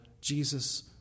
Jesus